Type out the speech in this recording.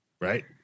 Right